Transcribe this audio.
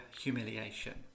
humiliation